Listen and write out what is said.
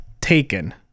taken